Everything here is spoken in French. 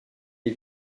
les